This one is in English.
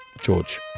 George